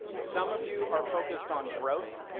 some of you are focused on growth.